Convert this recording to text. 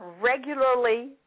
regularly –